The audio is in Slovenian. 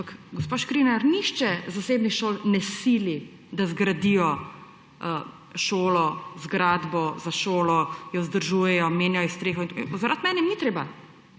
gospa Škrinjar, nihče zasebnih šol ne sili, da zgradijo šolo, zgradbo za šolo, jo vzdržujejo, menjajo streho, zaradi mene ni treba,